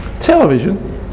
television